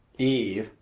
eve,